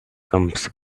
comes